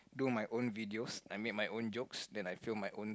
do my own videos I mean my own jokes and I feel my owns